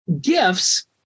gifts